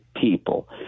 people